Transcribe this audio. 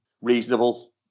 reasonable